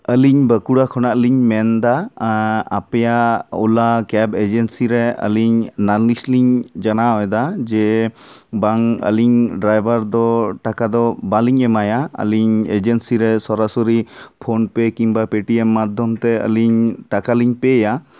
ᱟᱹᱞᱤᱧ ᱵᱟᱸᱠᱩᱲᱟ ᱠᱷᱚᱱᱟᱜ ᱞᱤᱧ ᱢᱮᱱ ᱮᱫᱟ ᱟᱯᱮᱭᱟᱜ ᱳᱞᱟ ᱠᱮᱵᱽ ᱮᱡᱮᱱᱥᱤ ᱨᱮ ᱟᱹᱞᱤᱧ ᱞᱟᱹᱞᱤᱥ ᱞᱤᱧ ᱡᱟᱱᱟᱣ ᱮᱫᱟ ᱡᱮ ᱵᱟᱝ ᱟᱹᱞᱤᱧ ᱰᱨᱟᱭᱵᱷᱟᱨ ᱫᱚ ᱴᱟᱠᱟ ᱫᱚ ᱵᱟᱞᱤᱧ ᱮᱢᱟᱭᱟ ᱟᱞᱤᱧ ᱮᱡᱮᱱᱥᱤ ᱨᱮ ᱥᱚᱨᱟᱥᱚᱨᱤ ᱯᱷᱳᱱᱯᱮ ᱠᱤᱢᱵᱟ ᱯᱮᱴᱤᱮᱢ ᱢᱟᱫᱽᱫᱷᱚᱢ ᱛᱮ ᱟᱹᱞᱤᱧ ᱴᱟᱠᱟᱞᱤᱧ ᱯᱮᱭᱟ